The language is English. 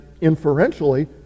inferentially